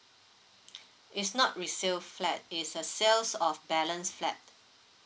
it's not resale flat it's a sales of balance flat